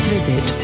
Visit